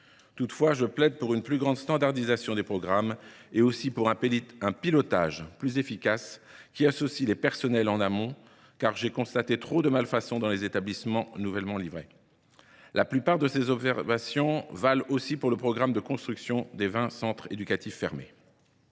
Toutefois, je plaide pour une plus grande standardisation des programmes, ainsi que pour un pilotage plus efficace, qui associe les personnels en amont, car j’ai constaté trop de malfaçons dans les établissements livrés. La plupart de ces observations valent aussi pour le programme de construction de vingt centres éducatifs fermés.